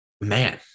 man